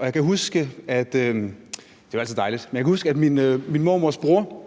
jeg kan huske, at min mormors bror